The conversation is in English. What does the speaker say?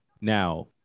Now